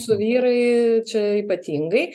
mūsų vyrai čia ypatingai